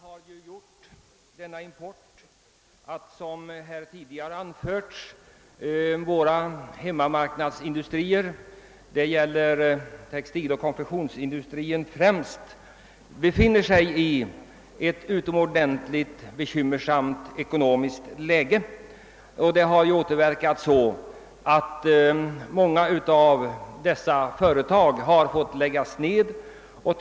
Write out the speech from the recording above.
Som jag tidigare anfört har denna import medfört att våra hemmamarknadsindustrier, främst då textil och konfektionsindustrin, befinner sig i ett utomordentligt bekymmersamt ekonomiskt läge. Detta har fått sådana återverkningar att många textilföretag måst läggas ned, varigenom.